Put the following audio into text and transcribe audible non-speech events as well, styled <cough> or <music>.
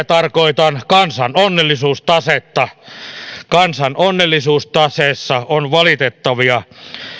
<unintelligible> tarkoitan kansan onnellisuustasetta kansan onnellisuustaseessa on valitettavia